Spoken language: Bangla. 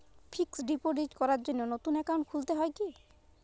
ফিক্স ডিপোজিট করার জন্য নতুন অ্যাকাউন্ট খুলতে হয় কী?